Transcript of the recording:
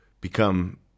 become